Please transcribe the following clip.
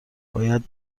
باید